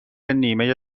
نیمه